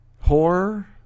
Horror